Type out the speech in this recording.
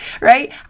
right